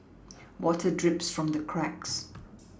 water drips from the cracks